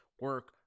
Work